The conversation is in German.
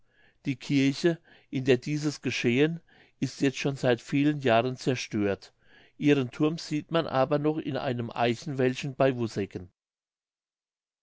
die kirche in der dieses geschehen ist jetzt schon seit vielen jahren zerstört ihren thurm sieht man aber noch in einem eichenwäldchen bei